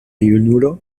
junulo